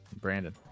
Brandon